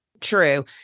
True